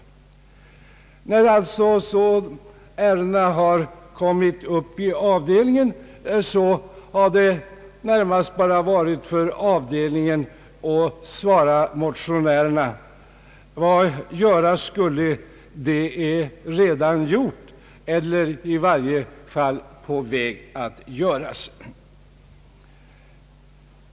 När ärendena sedan kommit upp i avdelningen har man där kunnat säga till motionärerna: Vad ni vill vinna är redan på gång.